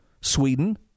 Sweden